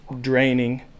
draining